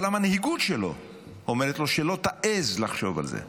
אבל המנהיגות שלו אומרת לו, שלא תעז לחשוב על זה.